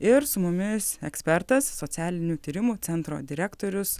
ir su mumis ekspertas socialinių tyrimų centro direktorius